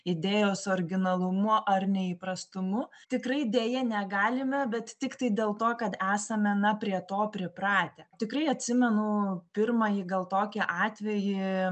idėjos originalumu ar neįprastumu tikrai deja negalime bet tiktai dėl to kad esame na prie to pripratę tikrai atsimenu pirmąjį gal tokį atvejį